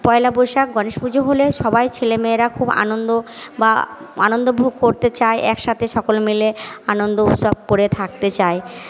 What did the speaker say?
পয়লা বৈশাখ গণেশ পুজো হলে সবাই ছেলেমেয়েরা খুব আনন্দ বা আনন্দ ভোগ করতে চায় একসাথে সকলে মিলে আনন্দ উৎসব করে থাকতে চায়